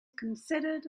considered